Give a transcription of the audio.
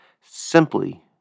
simply